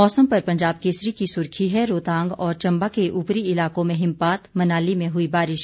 मौसम पर पंजाब केसरी की सुर्खी है रोहतांग और चंबा के उपरी इलाकों में हिमपात मनाली में हुई बारिश